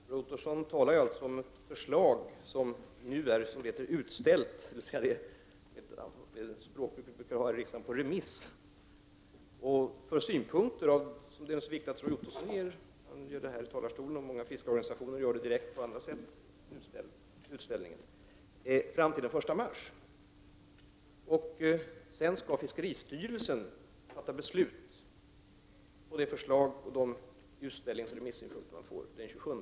Fru talman! Roy Ottosson talar alltså om ett förslag som nu är, som det kallades, utställt. Enligt riksdagens språkbruk brukar det heta ”på remiss”. Roy Ottosson ger sina synpunkter här i talarstolen, och många fiskeorganisationer gör det direkt och på andra sätt fram till den 1 mars. Sedan skall fiskeristyrelsen fatta beslut den 27 april på basis av de inkomna förslagen.